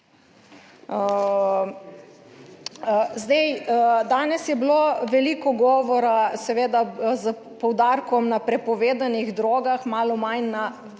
Zdaj, danes je bilo veliko govora seveda s poudarkom na prepovedanih drogah, malo manj na